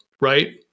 right